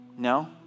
no